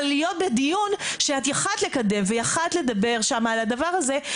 אבל להיות בדיון שאת יכולת לקדם ויכולת לדבר שם על הדבר הזה,